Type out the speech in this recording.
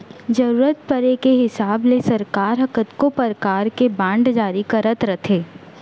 जरूरत परे के हिसाब ले सरकार ह कतको परकार के बांड जारी करत रथे